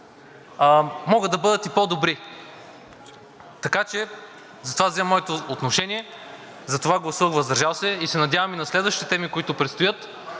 могат да бъдат и по добри. Така че затова взимам отношение, затова гласувах „въздържал се“ и се надявам на следващите теми, които предстоят,